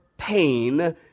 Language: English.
pain